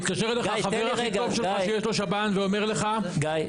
מתקשר אליך החבר הכי טוב שלך שיש לו שב"ן ואומר לך --- גיא.